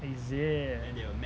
is it